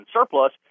surplus